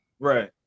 Right